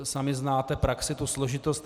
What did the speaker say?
Sami znáte praxi, tu složitost.